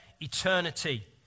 eternity